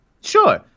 Sure